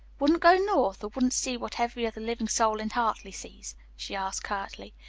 wouldn't go north, or wouldn't see what every other living soul in hartley sees? she asked curtly.